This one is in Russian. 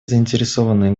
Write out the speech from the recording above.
заинтересованные